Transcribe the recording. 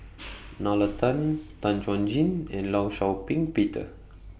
Nalla Tan Tan Chuan Jin and law Shau Ping Peter